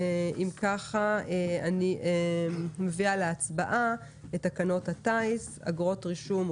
אני מעלה להצבעה את תקנות הטיס (אגרות רישום,